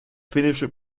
finnische